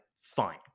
fine